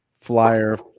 flyer